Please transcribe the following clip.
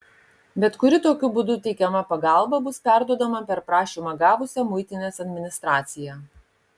bet kuri tokiu būdu teikiama pagalba bus perduodama per prašymą gavusią muitinės administraciją